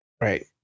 Right